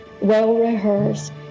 well-rehearsed